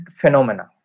phenomena